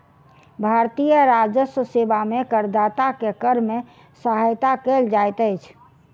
भारतीय राजस्व सेवा में करदाता के कर में सहायता कयल जाइत अछि